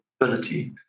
ability